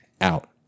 out